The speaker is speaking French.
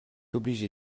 obligé